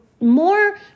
more